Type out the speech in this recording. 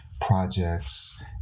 projects